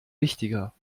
wichtiger